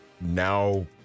now